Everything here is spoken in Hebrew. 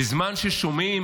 בזמן ששומעים,